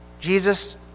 Jesus